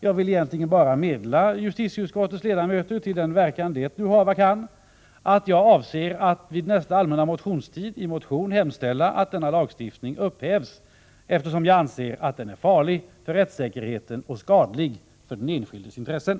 Jag ville egentligen bara meddela justitieutskottets ledamöter — till den verkan det nu hava kan — att jag avser att vid nästa allmänna motionstid i motion hemställa att denna lagstiftning upphävs, eftersom jag anser att den är farlig för rättssäkerheten och skadlig för den enskildes intressen.